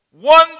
One